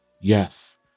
yes